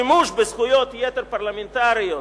שימוש בזכויות יתר פרלמנטריות